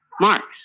Marks